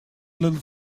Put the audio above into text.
little